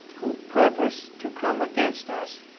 who purpose to come against us,